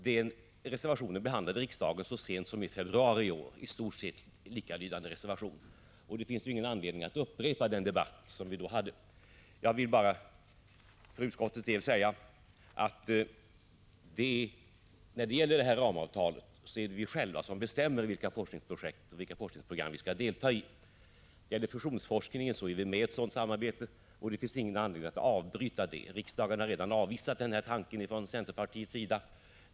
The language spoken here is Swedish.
Så sent som i februari i år behandlade riksdagen en i stort sett likalydande reservation, och det finns ingen anledning att upprepa den debatt som vi då förde. För utskottets del vill jag bara säga att enligt ramavtalet är det vi själva som bestämmer vilka forskningsprojekt och forskningsprogram som vi skall delta i. När det gäller fusionsforskningen är vi redan med i ett sådant samarbete, och det finns ingen anledning att avbryta detta. Riksdagen har redan avvisat den tanken från centerpartiets sida.